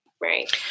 right